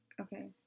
Okay